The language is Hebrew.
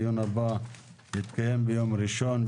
הדיון הבא יתקיים ביום ראשון,